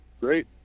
great